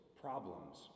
problems